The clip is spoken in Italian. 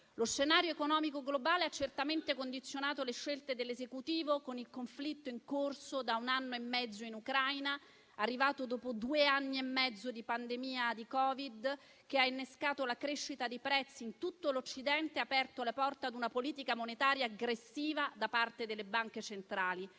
Lo scenario economico globale ha certamente condizionato le scelte dell'Esecutivo, con il conflitto in corso da un anno e mezzo in Ucraina, arrivato dopo due anni e mezzo di pandemia di Covid-19, che ha innescato la crescita dei prezzi in tutto l'Occidente ed ha aperto le porte ad una politica monetaria aggressiva da parte delle banche centrali.